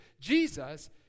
Jesus